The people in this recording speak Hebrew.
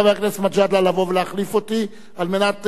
ולהחליף אותי על מנת להמשיך את הדיון,